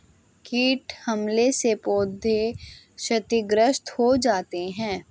कीट हमले से पौधे क्षतिग्रस्त हो जाते है